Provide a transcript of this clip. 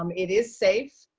um it is safe.